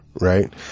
Right